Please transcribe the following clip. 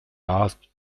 asked